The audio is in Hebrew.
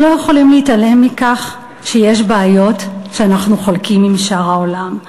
אנחנו לא יכולים להתעלם מכך שיש בעיות שאנחנו חולקים עם שאר העולם.